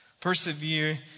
Persevere